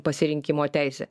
pasirinkimo teisė